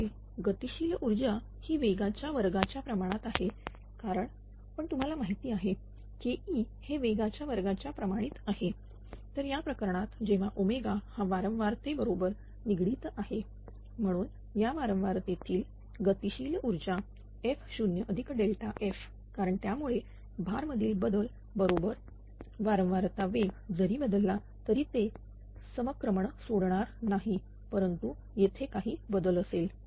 पुढे गतिशील ऊर्जा ही वेगाच्या वर्गाच्याप्रमाणात आहे कारण पण तुम्हाला माहिती आहे KE हे वेगाच्या वर्गाच्या प्रमाणित आहे तर या प्रकरणात जेव्हा ओमेगा हा वारंवार बरोबर निगडीत आहे म्हणून या वारंवार तेथील गतिशील ऊर्जा f0f कारण त्यामुळे भार मधील बदल बरोबर वारंवारता वेग जरी बदलला तरी ते समक्रमण सोडणार नाही परंतु तेथे काही बदल असेल